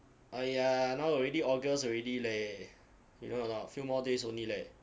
!aiya! now already august already leh you know or not few more days only leh